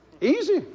Easy